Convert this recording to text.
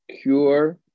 cure